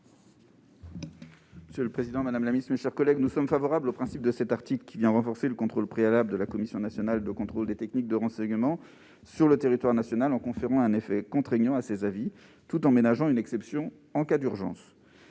: La parole est à M. Jean-Yves Leconte. Nous sommes favorables au principe de l'article 16, qui vient renforcer le contrôle préalable de la Commission nationale de contrôle des techniques de renseignement sur le territoire national, en conférant un caractère contraignant à ses avis, tout en ménageant une exception en cas d'urgence.